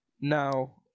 now